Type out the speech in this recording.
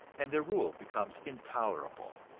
and their rule becomes intolerable.